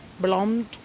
blonde